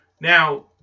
now